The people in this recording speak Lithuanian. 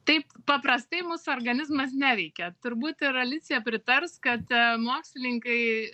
taip paprastai mūsų organizmas neveikia turbūt ir alicija pritars kad mokslininkai